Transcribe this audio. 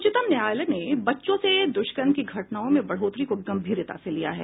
उच्चतम न्यायालय ने बच्चों से द्रष्कर्म की घटनाओं में बढ़ोतरी को गंभीरता से लिया है